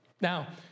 Now